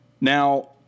now